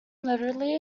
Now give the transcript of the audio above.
literally